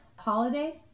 holiday